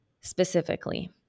specifically